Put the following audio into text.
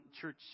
church